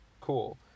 Cool